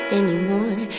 anymore